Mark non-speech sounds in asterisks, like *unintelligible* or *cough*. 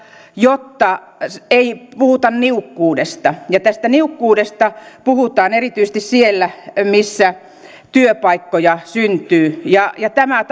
niin että ei puhuta niukkuudesta ja tästä niukkuudesta puhutaan erityisesti siellä missä työpaikkoja syntyy tämä *unintelligible*